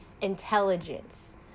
intelligence